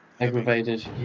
aggravated